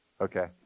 Okay